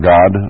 God